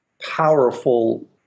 powerful